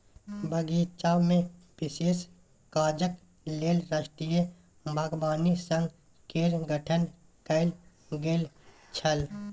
बगीचामे विशेष काजक लेल राष्ट्रीय बागवानी संघ केर गठन कैल गेल छल